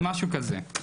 משהו כזה.